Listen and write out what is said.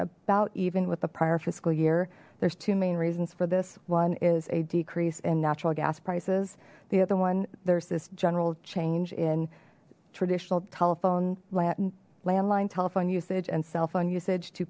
about even with the prior fiscal year there's two main reasons for this one is a decrease in natural gas prices the the one there's this general change in traditional telephone latin landline telephone usage and cell phone usage to